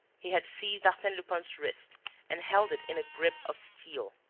he had seized arsene lupin's wrist and held it in a grip of steel.